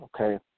okay